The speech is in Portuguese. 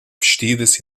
vestidas